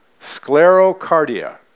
sclerocardia